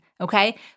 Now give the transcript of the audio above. okay